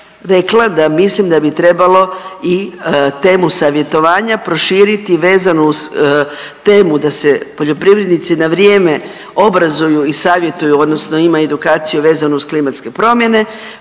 da mislim da bi trebalo i temu savjetovanja proširiti vezano uz temu da se poljoprivrednici na vrije obrazuju i savjetuju, odnosno imaju edukaciju vezanu uz klimatske promjene,